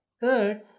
Third